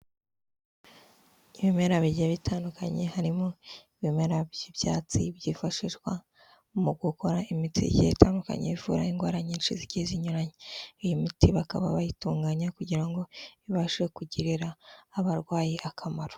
Ibimera bigiye bitandukanye harimo ibimera by'ibyatsi byifashishwa mu gukora imiti igiye itandukanye ivura indwara nyinshi zigiye zinyuranye, iyi miti bakaba bayitunganya kugira ngo ibashe kugirira abarwayi akamaro.